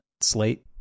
slate